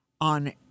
on